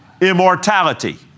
immortality